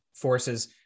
forces